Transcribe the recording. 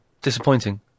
Disappointing